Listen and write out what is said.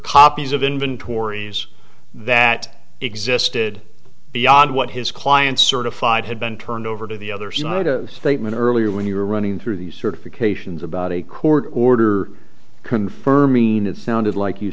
copies of inventories that existed beyond what his client certified had been turned over to the others not a statement earlier when you were running through these certifications about a court order confirming it sounded like you